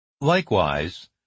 Likewise